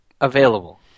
available